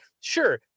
Sure